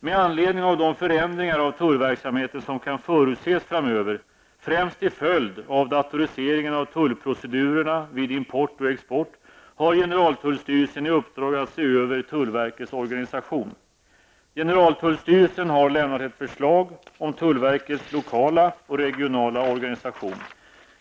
Med anledning av de förändringar av tullverksamheten som kan förutses framöver, främst till följd av datoriseringen av tullprocedurerna vid import och export, har generaltullstyrelsen i uppdrag att se över tullverkets organisation. Generaltullstyrelsen har lämnat ett förslag om tullverkets lokala och regionala organisation.